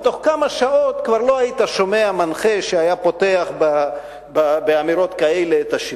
ובתוך כמה שעות כבר לא שמעת מנחה שפתח באמירות כאלה את השידור.